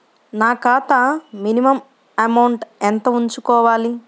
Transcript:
నా ఖాతా minimum amount ఎంత ఉంచుకోవాలి?